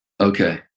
okay